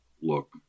look